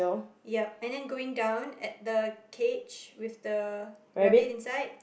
yup and then going down at the cage with the rabbit inside